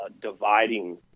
dividing